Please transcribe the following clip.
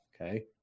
Okay